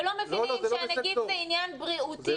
ולא מבינים שהנגיף זה עניין בריאותי.